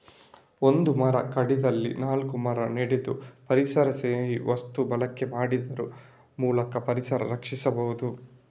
ಒಂದು ಮರ ಕಡಿದಲ್ಲಿ ನಾಲ್ಕು ಮರ ನೆಡುದು, ಪರಿಸರಸ್ನೇಹಿ ವಸ್ತು ಬಳಕೆ ಮಾಡುದ್ರ ಮೂಲಕ ಪರಿಸರ ರಕ್ಷಿಸಬಹುದು